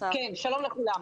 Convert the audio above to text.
שלום לכולם.